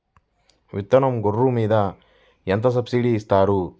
విత్తనం గొర్రు మీద ఎంత సబ్సిడీ ఇస్తారు?